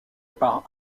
par